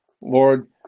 Lord